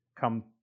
come